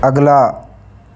अगला